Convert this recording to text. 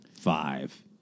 five